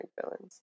villains